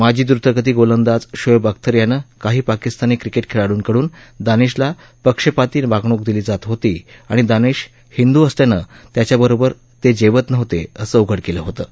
माजी द्र्तगती गोलंदाज शोएब अख्तर यानं काही पाकिस्तानी क्रिकेट खेळाडूंकडून दानिशला पक्षपाती वागणूक दिली जात होती आणि दानिश हिंदू असल्यानं त्याच्याबरोबर ते जेवत नव्हते असं उघड केलं होतं